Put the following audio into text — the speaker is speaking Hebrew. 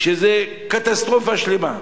היא קטסטרופה שלמה.